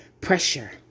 pressure